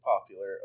popular